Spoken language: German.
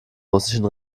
russischen